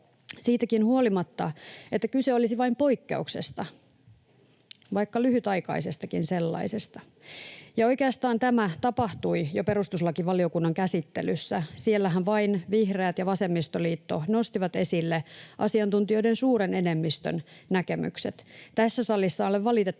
siitäkin huolimatta, että kyse olisi vain poikkeuksesta, vaikka lyhytaikaisestakin sellaisesta. Ja oikeastaan tämä tapahtui jo perustuslakivaliokunnan käsittelyssä. Siellähän vain vihreät ja vasemmistoliitto nostivat esille asiantuntijoiden suuren enemmistön näkemykset. Tässä salissa olen valitettavasti